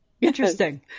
Interesting